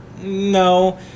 no